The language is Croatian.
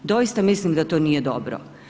Doista mislim da to nije dobro.